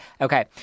Okay